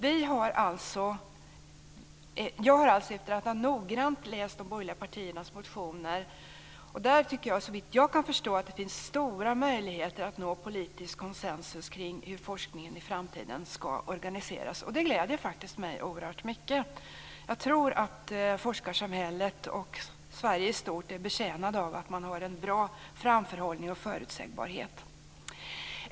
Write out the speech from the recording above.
Jag har alltså läst de borgerliga partiernas motioner noggrant. Såvitt jag kan förstå finns det stora möjligheter att nå politisk konsensus kring hur forskningen i framtiden ska organiseras. Det gläder mig oerhört mycket. Jag tror att forskarsamhället och Sverige i stort är betjänade av att man har en bra framförhållning och förutsägbarhet.